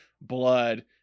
blood